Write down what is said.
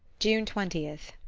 june twentieth.